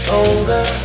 older